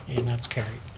and that's carried.